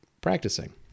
practicing